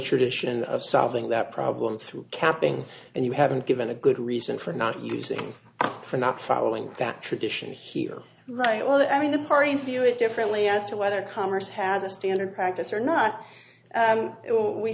tradition of solving that problem through capping and you haven't given a good reason for not using for not following that tradition here right well i mean the parties view it differently as to whether congress has a standard practice or not